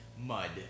mud